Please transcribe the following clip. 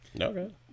Okay